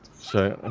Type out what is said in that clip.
so